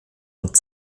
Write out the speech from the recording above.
und